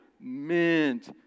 mint